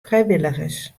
frijwilligers